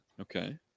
Okay